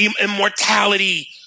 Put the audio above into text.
immortality